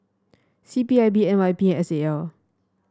C P I B N Y P S A L